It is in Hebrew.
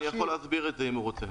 אני יכול להסביר את זה אם הוא רוצה.